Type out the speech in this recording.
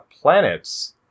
planets